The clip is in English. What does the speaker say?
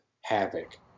Havoc